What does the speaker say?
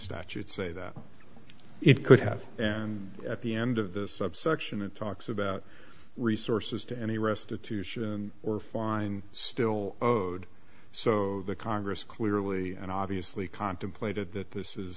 statute say that it could have and at the end of the subsection it talks about resources to any restitution or fine still owed so the congress clearly and obviously contemplated that this